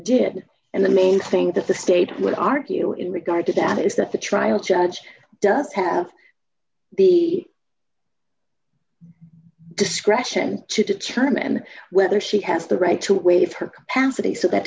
did and the main thing that the state would argue in regard to that is that the trial judge does have the discretion to determine whether she has the right to waive her